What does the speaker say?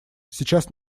сейчас